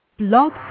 Blog